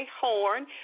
Horn